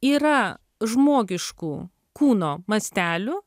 yra žmogiškų kūno mastelių